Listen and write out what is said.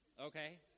okay